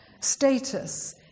status